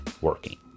working